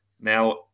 Now